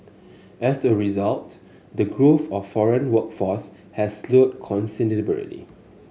as a result the growth of foreign workforce has slowed considerably